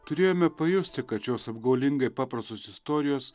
turėjome pajusti kad šios apgaulingai paprastos istorijos